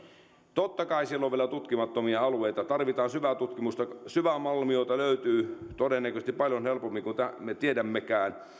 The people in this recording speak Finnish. totta kai siellä on vielä tutkimattomia alueita tarvitaan syvätutkimusta syvämalmiota löytyy todennäköisesti paljon helpommin kuin me tiedämmekään